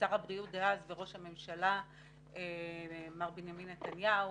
שר הבריאות דאז וראש הממשלה מר בנימין נתניהו,